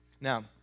Now